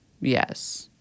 Yes